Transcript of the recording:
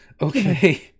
Okay